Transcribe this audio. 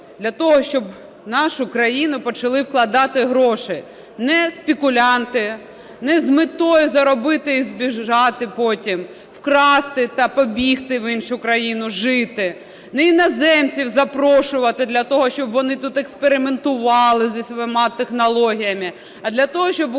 для того, щоб у нашу країну почали вкладати гроші не спекулянти, не з метою заробити і збігти потім, вкрасти та побігти в іншу країну жити, не іноземців запрошувати для того, щоб вони тут експериментували зі своїми технологіями, а для того, щоб українці